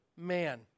Man